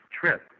trip